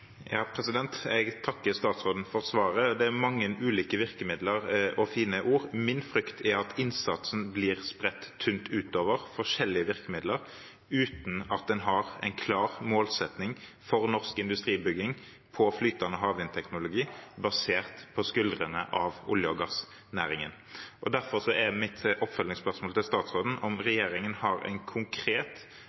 Jeg takker statsråden for svaret. Det er mange ulike virkemidler og fine ord. Min frykt er at innsatsen blir spredt tynt utover forskjellige virkemidler uten at en har en klar målsetting for norsk industribygging på flytende havvindteknologi, basert på skuldrene av olje- og gassnæringen. Derfor er mitt oppfølgingsspørsmål til statsråden om regjeringen har en konkret